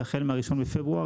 והחל מה-1 בפברואר,